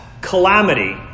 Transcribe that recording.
calamity